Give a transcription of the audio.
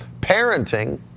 Parenting